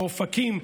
באופקים,